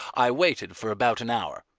i waited for about an hour,